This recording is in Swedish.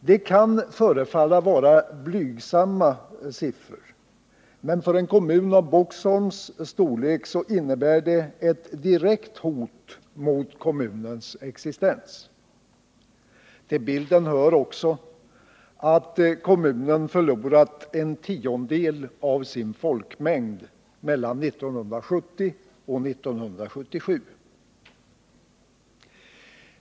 Det kan förefalla vara blygsamma siffror, men för en kommun av Boxholms storlek innebär det ett direkt hot mot kommunens existens. Till bilden hör också att kommunen förlorat en tiondel av sin folkmängd mellan 1970 och 1977.